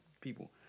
people